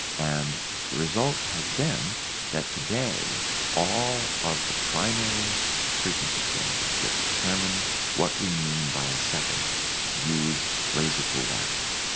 and the result has been that today all of the primary frequency standards that determine what we mean by a second use laser cooled atoms.